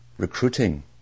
Recruiting